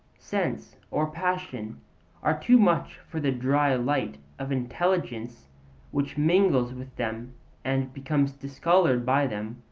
sense or passion are too much for the dry light of intelligence which mingles with them and becomes discoloured by them.